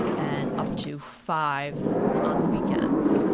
and up to five on the weekends.